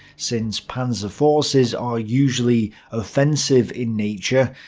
since panzer forces are usually offensive in nature,